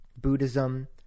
Buddhism